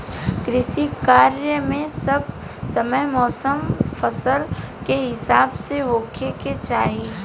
कृषि कार्य मे सब समय मौसम फसल के हिसाब से होखे के चाही